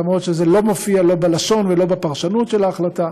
למרות שזה לא מופיע לא בלשון ולא בפרשנות של ההחלטה,